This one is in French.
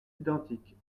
identiques